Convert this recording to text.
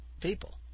people